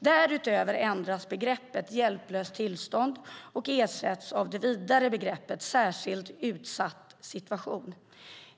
Därutöver ändras begreppet "hjälplöst tillstånd" och ersätts av det vidare begreppet "särskilt utsatt situation".